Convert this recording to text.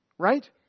Right